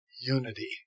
unity